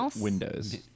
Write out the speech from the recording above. windows